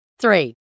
three